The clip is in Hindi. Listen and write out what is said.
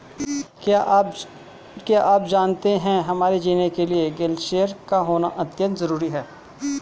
क्या आप जानते है हमारे जीने के लिए ग्लेश्यिर का होना अत्यंत ज़रूरी है?